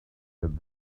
and